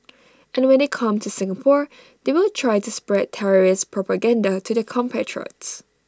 and when they come to Singapore they will try to spread terrorist propaganda to their compatriots